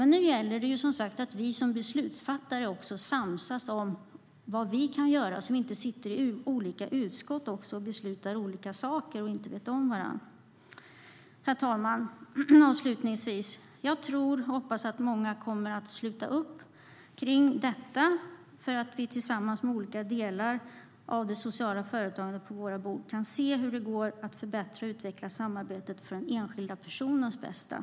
Nu gäller det att vi som beslutsfattare samsas om vad vi kan göra så att vi inte sitter i olika utskott och beslutar olika saker ovetande om varandra. Herr talman! Avslutningsvis: Jag hoppas och tror att många kommer att sluta upp kring detta så att vi tillsammans med olika delar av det sociala företagandet på våra bord kan se material om hur det går att förbättra och utveckla samarbetet för den enskildes bästa.